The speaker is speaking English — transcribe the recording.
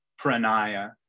Pranaya